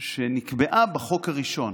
שנקבעה בחוק הראשון,